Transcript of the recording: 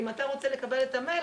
אם אתה רוצה לקבל את המייל,